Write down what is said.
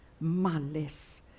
malice